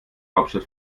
hauptstadt